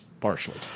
partially